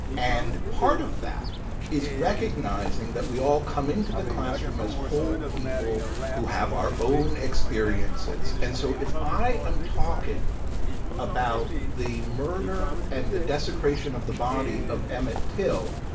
and part of that is recognizing that we all come into the classroom as whole people who have our own experiences. and so if i am talking about the murder and the desecration of the body of emmett till,